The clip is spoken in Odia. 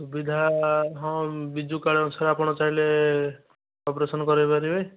ସୁବିଧା ହଁ ବିଜୁ କାର୍ଡ଼ ଅନୁସାରରେ ଆପଣ ଚାହିଁଲେ ଅପରେସନ୍ କରେଇପାରିବେ